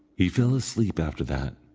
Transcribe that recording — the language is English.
he fell asleep after that,